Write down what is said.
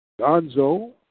Gonzo